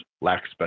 lacks